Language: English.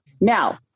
Now